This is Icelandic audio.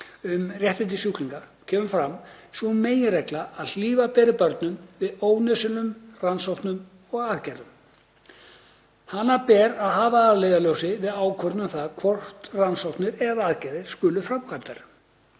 um réttindi sjúklinga kemur fram sú meginregla að hlífa beri börnum við ónauðsynlegum rannsóknum og aðgerðum. Hana ber að hafa að leiðarljósi við ákvörðun um það hvort rannsóknir eða aðgerðir skuli framkvæmdar.